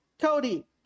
Cody